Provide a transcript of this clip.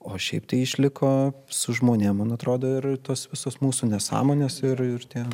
o šiaip tai išliko su žmonėm man atrodo ir tuos visus mūsų nesąmones ir ir tie